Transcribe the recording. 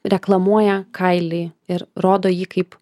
reklamuoja kailį ir rodo jį kaip